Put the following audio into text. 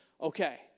okay